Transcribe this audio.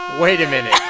wait a minute